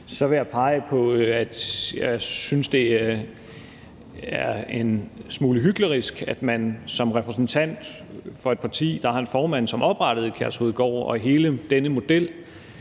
jeg synes, at det er en smule hyklerisk, at man som repræsentant for et parti, der har en formand, som oprettede Kærshovedgård og hele den model,